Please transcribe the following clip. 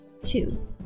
Two